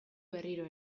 berriro